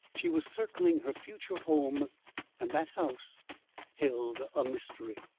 she was circling her future home and that house held a mystery.